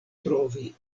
trovi